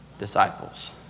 Disciples